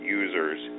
users